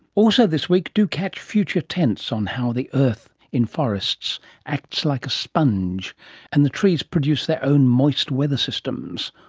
also this week, do catch future tense on how the earth in forests acts like a sponge and the trees produce their own moist weather systems.